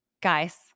Guys